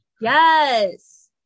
Yes